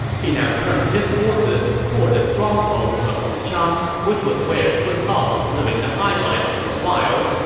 he now turned his forces toward the stronghold of wuchang, which was where sun hao was living the highlife for a while,